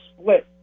split